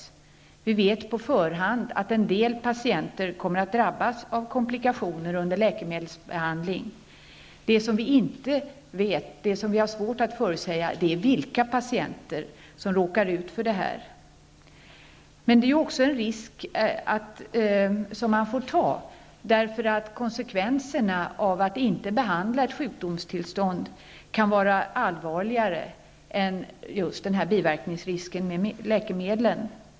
Vi vet på förhand att en del patienter kommer att drabbas av komplikationer under läkemedelsbehandlingen. Det som vi har svårt att förutsäga är vilka patienter som råkar ut för detta. Men det är en risk som man får ta, eftersom konsekvenserna av att inte behandla ett sjukdomstillstånd kan vara allvarligare än risken för läkemedelsbiverkningar.